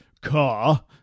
car